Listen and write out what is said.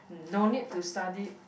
no need to study